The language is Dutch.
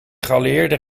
geallieerden